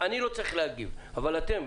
אני לא צריך להגיב, אבל אתם.